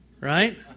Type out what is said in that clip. Right